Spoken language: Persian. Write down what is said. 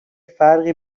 فرقی